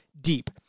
deep